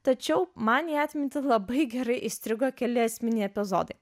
tačiau man į atmintį labai gerai įstrigo keli esminiai epizodai